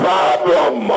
problem